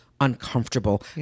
uncomfortable